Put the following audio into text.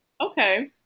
Okay